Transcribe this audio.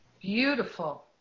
Beautiful